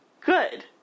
good